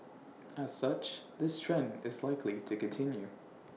as such this trend is likely to continue